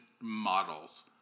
models